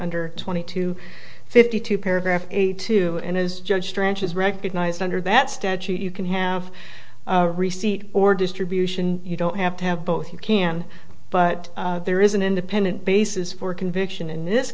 under twenty two fifty two paragraph eighty two and as judge drenches recognized under that statute you can have a receipt or distribution you don't have to have both you can but there is an independent basis for conviction in this